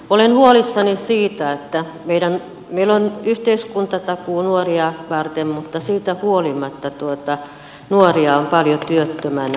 olen huolissani siitä että meillä on yhteiskuntatakuu nuoria varten mutta siitä huolimatta nuoria on paljon työttömänä